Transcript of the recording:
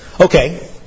Okay